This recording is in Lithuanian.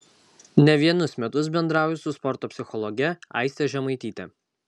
ne vienus metus bendrauju su sporto psichologe aiste žemaityte